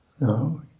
No